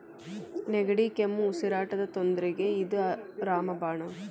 ನೆಗಡಿ, ಕೆಮ್ಮು, ಉಸಿರಾಟದ ತೊಂದ್ರಿಗೆ ಇದ ರಾಮ ಬಾಣ